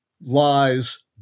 lies